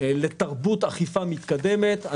לתרבות אכיפה מתקדמת,